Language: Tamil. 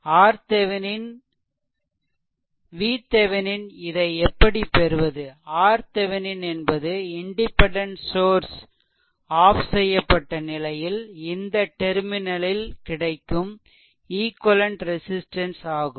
RThevenin VThevenin இதை எப்படி பெறுவது RThevenin என்பது இண்டிபெண்டென்ட் சோர்ஸ் ஆஃப் செய்யப்பட்ட நிலையில் இந்த டெர்மினலில் கிடைக்கும் ஈக்வெலென்ட் ரெசிஸ்ட்டன்ஸ் ஆகும்